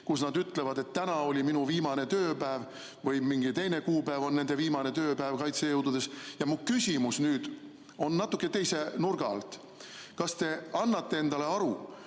kus nad ütlevad, et täna oli minu viimane tööpäev või mingi teine kuupäev on nende viimane tööpäev kaitsejõududes. Mu küsimus nüüd on natuke teise nurga alt. Kas te annate endale aru,